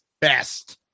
best